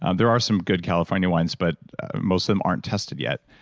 and there are some good california wines, but most of them aren't tested yet.